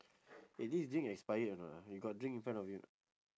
eh this drink expired or not ah you got drink in front of you or not